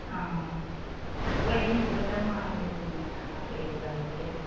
অঁ আকৌ এদিন পিছত যাম আৰু এইবোৰ শাক পাচলি বজাৰ কৰিবলৈ